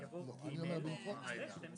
לקבל 50% נכות ועוד 18%